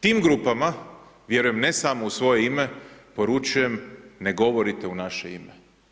Tim grupama, vjerujem, ne samo u svoje ime, poručujem, ne govorite u naše ime.